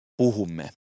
puhumme